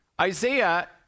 Isaiah